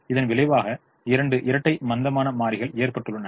இதன் விளைவாக இரண்டு இரட்டை மந்தமான மாறிகள் ஏற்பட்டுள்ளன